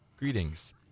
Greetings